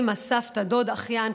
אימא, סבתא, דוד, אחיין.